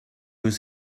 was